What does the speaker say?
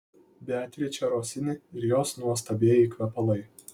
beatričė rosini ir jos nuostabieji kvepalai